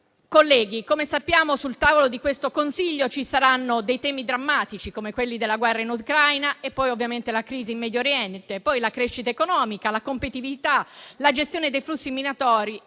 Colleghi - come sappiamo - sul tavolo di questo Consiglio ci saranno dei temi drammatici, come la guerra in Ucraina, la crisi in Medio Oriente, la crescita economica, la competitività, la gestione dei flussi migratori